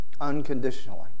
unconditionally